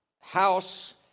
house